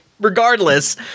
regardless